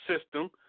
system